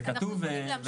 זה כתוב.